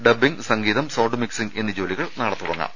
dubbing സംഗീതം sound mixing എന്നീ ജോലികൾ നാളെ തുടങ്ങാം